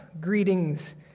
greetings